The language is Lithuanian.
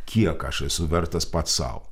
kiek aš esu vertas pats sau